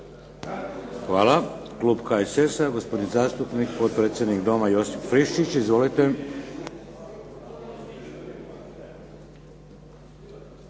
Hvala. Klub HSS-a, gospodin zastupnik, potpredsjednik Doma, Josip Friščić. Izvolite.